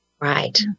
Right